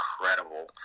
incredible